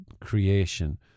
creation